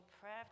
prayer